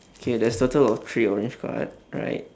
okay there's total of three orange card right